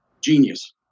genius